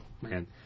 Man